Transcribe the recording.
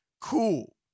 Cool